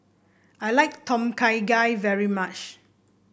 I like Tom Kha Gai very much